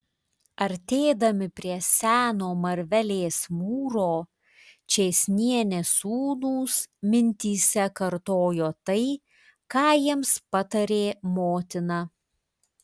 artėdami prie seno marvelės mūro čėsnienės sūnūs mintyse kartojo tai ką jiems patarė motina